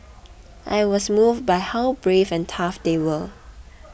I was moved by how brave and tough they were